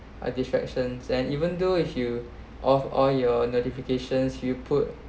uh distractions and even though if you off all your notifications you put